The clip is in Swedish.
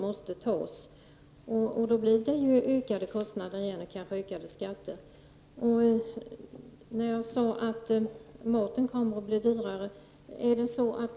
Detta leder i sin tur till kostnadsökningar och kanske till skattehöjningar. Jag talade bl.a. om effekterna av dyrare mat.